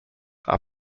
are